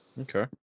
Okay